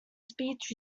speech